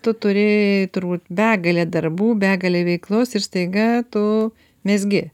tu turi turbūt begalę darbų begalę veiklos ir staiga tu mezgi